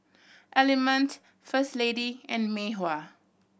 Element First Lady and Mei Hua